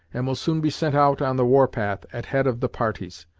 and will soon be sent out on the war path at head of the parties,